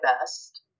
best